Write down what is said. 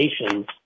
nations